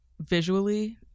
Visually